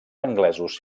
anglesos